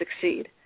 succeed